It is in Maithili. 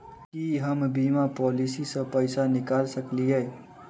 की हम बीमा पॉलिसी सऽ पैसा निकाल सकलिये?